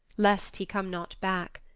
lest he come not back,